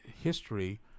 history